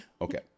Okay